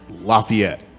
Lafayette